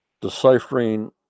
deciphering